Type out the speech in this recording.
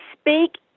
Speak